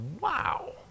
Wow